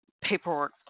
paperwork